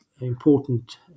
important